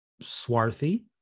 Swarthy